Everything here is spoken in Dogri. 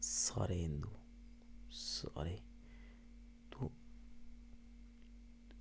सारे सारे